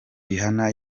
rihanna